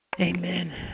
Amen